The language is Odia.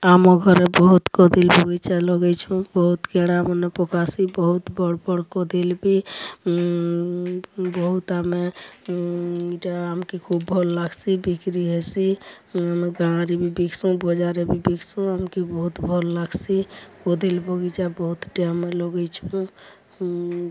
ଆମ ଘରେ ବହୁତ୍ କଦେଲ୍ ବଗିଚା ଲଗେଇଛୁଁ ବହୁତ୍ କେଣ୍ଡା ମାନେ ପକାସି ବହୁତ୍ ବଡ଼୍ ବଡ଼୍ କଦେଲ୍ ବି ବହୁତ୍ ଆମେ ଇ'ଟା ଆମ୍କେ ଖୋବ୍ ଭଲ୍ ଲାଗ୍ସି ବିକ୍ରି ହେସି ଇ'ଟା ଆମେ ଗାଁ'ରେ ବି ବିକ୍ସୁଁ ବଜାର୍ ରେ ବି ବିକ୍ସୁଁ ଆମ୍କେ ବହୁତ୍ ଭଲ୍ ଲାଗ୍ସି କଦେଲ୍ ବଗିଚା ବହୁତ୍ଟେ ଆମେ ଲଗେଇଛୁଁ